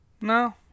No